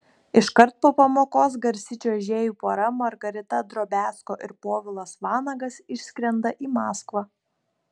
iškart po pamokos garsi čiuožėjų pora margarita drobiazko ir povilas vanagas išskrenda į maskvą